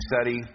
study